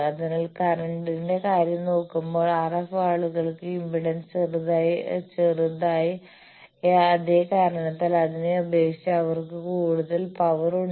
അതിനാൽ കറന്റ്ന്റെ കാര്യം നോക്കുമ്പോൾ RF ആളുകൾക്ക് ഇംപിഡൻസ് ചെറുതായ അതേ കാരണത്താൽ അതിനെ അപേക്ഷിച്ച് അവർക്ക് കൂടുതൽ പവർ ഉണ്ട്